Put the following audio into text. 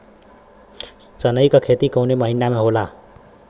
सनई का खेती कवने महीना में होला?